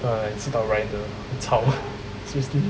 你知道 ryan 的很吵 seriously